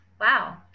wow